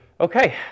Okay